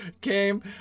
came